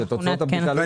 אני